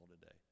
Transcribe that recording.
today